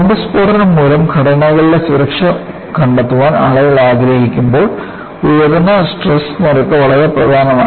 bomb സ്ഫോടനം മൂലം ഘടനകളുടെ സുരക്ഷ കണ്ടെത്താൻ ആളുകൾ ആഗ്രഹിക്കുമ്പോൾ ഉയർന്ന സ്ട്രെസ് നിരക്ക് വളരെ പ്രധാനമാണ്